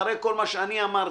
אחרי כל מה שאני אמרתי,